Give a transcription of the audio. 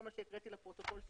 כל מה שהקראתי לפרוטוקול שהשתנה,